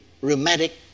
Rheumatic